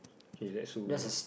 K let's who